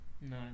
No